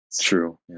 true